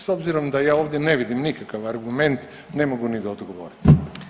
S obzirom da ja ovdje ne vidim nikakav argument ne mogu ni odgovoriti.